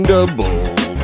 Double